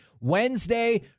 Wednesday